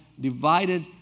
divided